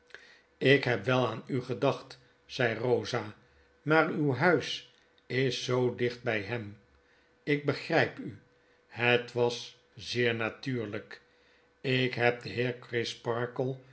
ik heb wel aan u gedacht zei rosa maar uw huis is zoo dicht by hem ik begryp u het was zeer natuurlyk ik heb den heer